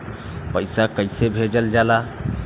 पैसा कैसे भेजल जाला?